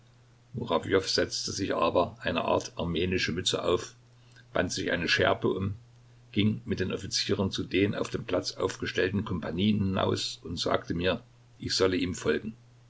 setzte sich aber eine art armenische mütze auf band sich eine schärpe um ging mit den offizieren zu den auf dem platz aufgestellten kompanien hinaus und sagte mir ich solle ihm folgen